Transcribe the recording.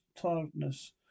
tiredness